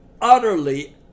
utterly